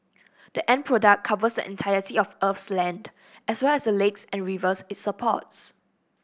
the end product covers the entirety of Earth's land as well as the lakes and rivers it supports